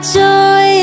joy